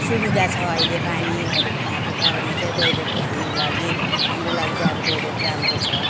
सुविधा छ अहिले पानीहरू भएको कारणले चाहिँ टोयलेट हामी लागि हाम्रो लागि चाहिँ अब टोयलेट राम्रो छ